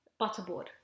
Butterboard